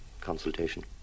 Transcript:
consultation